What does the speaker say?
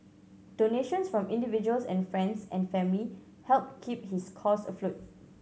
donations from individuals and friends and family helped keep his cause afloat